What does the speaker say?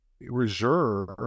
reserve